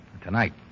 Tonight